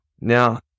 Now